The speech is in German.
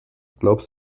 glaubst